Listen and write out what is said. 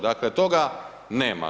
Dakle, toga nema.